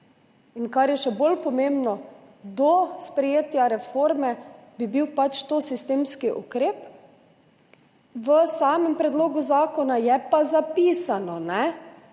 Kar je še bolj pomembno, do sprejetja reforme bi bil to sistemski ukrep, v samem predlogu zakona pa je zapisano,